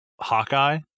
Hawkeye